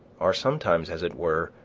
are sometimes, as it were,